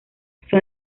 son